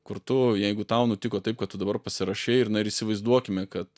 kur tu jeigu tau nutiko taip kad tu dabar pasirašei ir na ir įsivaizduokime kad